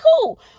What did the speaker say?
cool